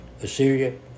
Assyria